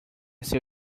seu